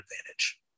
advantage